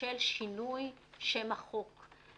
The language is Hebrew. של שינוי שם החוק.